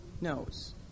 knows